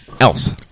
else